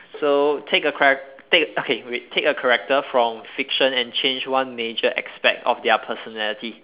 so take a charact~ okay wait take a character from fiction and change one major aspect of their personality